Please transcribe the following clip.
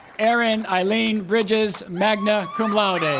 erin eileen bridges magna cum laude and